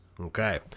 Okay